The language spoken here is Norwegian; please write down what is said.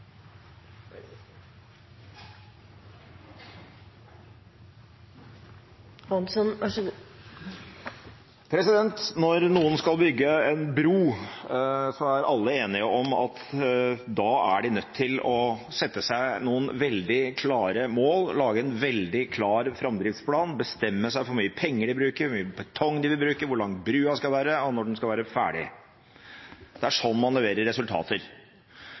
alle enige om at da er de nødt til å sette seg noen veldig klare mål, lage en veldig klar framdriftsplan – bestemme seg for hvor mye penger de bruker, hvor mye betong de vil bruke, hvor lang brua skal være, og når den skal være ferdig. Det er slik man leverer resultater.